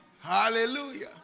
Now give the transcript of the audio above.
Hallelujah